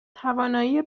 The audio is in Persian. توانایی